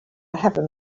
heaven